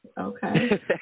Okay